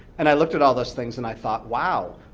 and i looked at all those things and i thought, wow,